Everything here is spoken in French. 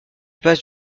passe